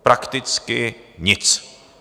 Prakticky nic.